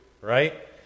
Right